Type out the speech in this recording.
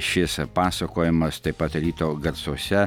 šis pasakojimas taip pat ryto garsuose